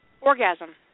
orgasm